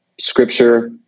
scripture